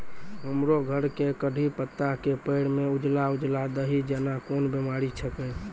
हमरो घर के कढ़ी पत्ता के पेड़ म उजला उजला दही जेना कोन बिमारी छेकै?